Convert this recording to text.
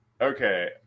Okay